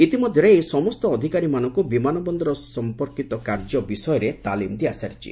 ଇତିମଧ୍ଧରେ ଏହି ସମସ୍ତ ଅଧିକାରୀମାନଙ୍କୁ ବିମାନ ବନ୍ଦର ସମ୍ୟନ୍ଧିତ କାର୍ଯ୍ୟ ବିଷୟରେ ତାଲିମ୍ ଦିଆସରିଛି